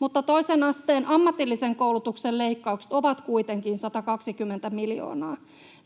mutta toisen asteen ammatillisen koulutuksen leikkaukset ovat kuitenkin 120 miljoonaa.